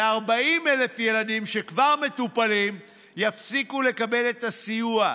ו-40,000 ילדים שכבר מטופלים יפסיקו לקבל את הסיוע.